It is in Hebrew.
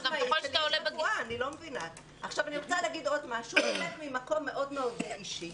רוצה לומר עוד משהו שהוא באמת ממקום מאוד מאוד אישי